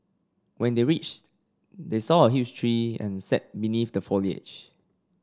when they reached they saw a huge tree and sat beneath the foliage